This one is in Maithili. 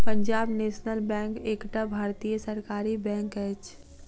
पंजाब नेशनल बैंक एकटा भारतीय सरकारी बैंक अछि